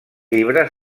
llibre